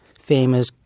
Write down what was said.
famous